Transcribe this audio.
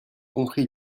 compris